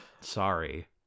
Sorry